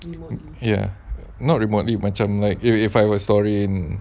ya not remotely macam like if if I were story in